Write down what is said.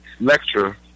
lecture